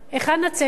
היכן הצדק?